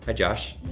ah josh.